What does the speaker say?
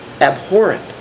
abhorrent